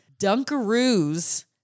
Dunkaroos